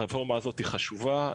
הרפורמה הזאת היא חשובה,